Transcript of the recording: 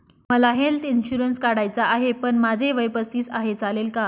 मला health insurance काढायचा आहे पण माझे वय पस्तीस आहे, चालेल का?